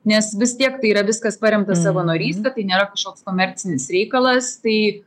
nes vis tiek tai yra viskas paremta savanoryste tai nėra kažkoks komercinis reikalas tai